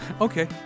okay